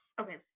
Okay